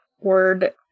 word